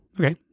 okay